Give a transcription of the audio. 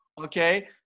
Okay